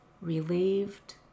relieved